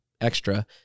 extra